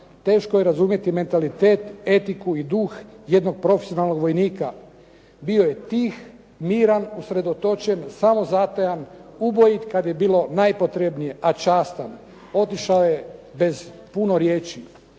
Teško je razumjeti mentalitet, etiku i duh jednog profesionalnog vojnika. Bio je tih, miran, usredotočen, samozatajan, ubojit kad je bilo najpotrebnije a častan. Otišao je bez puno riječi.